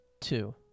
two